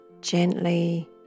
gently